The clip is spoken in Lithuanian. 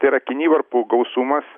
tai yra kinivarpų gausumas